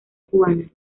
cubana